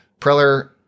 Preller